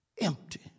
empty